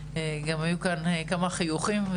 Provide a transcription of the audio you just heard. היו כאן גם כמה חיוכים,